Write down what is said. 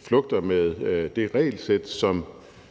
flugter med det regelsæt, som